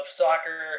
soccer